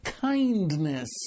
kindness